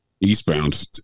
eastbound